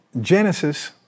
Genesis